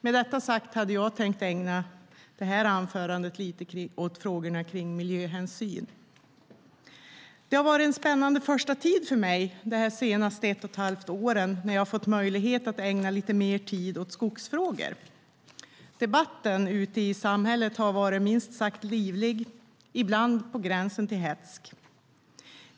Med detta sagt hade jag tänkt ägna det här anförandet åt frågor om miljöhänsyn. Det har varit en spännande första tid för mig när jag det senaste ett och ett halvt året fått möjlighet att ägna lite mer tid åt skogsfrågorna. Debatten i samhället har varit minst sagt livlig, ibland på gränsen till hätsk.